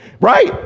Right